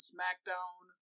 SmackDown